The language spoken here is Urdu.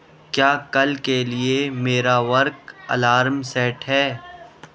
کیا کل کے لیے میرا ورک الارم سیٹ ہے